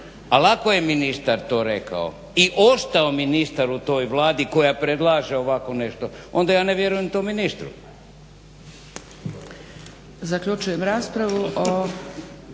Ali ako je ministar to rekao i ostao ministar u toj Vladi koja predlaže ovako nešto onda ja ne vjerujem tom ministru.